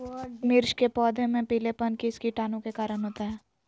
मिर्च के पौधे में पिलेपन किस कीटाणु के कारण होता है?